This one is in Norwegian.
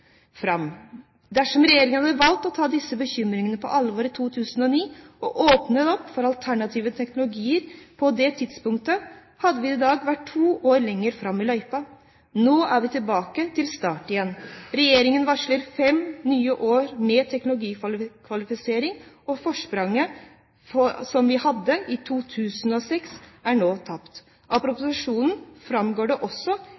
fram. Dersom regjeringen hadde valgt å ta disse bekymringene på alvor i 2009, og åpnet opp for alternative teknologier på det tidspunktet, hadde vi i dag vært to år lenger fram i løypa. Nå er vi tilbake til start igjen. Regjeringen varsler fem nye år med teknologikvalifisering, og forspranget som vi hadde i 2006, er nå tapt. Av proposisjonen framgår det også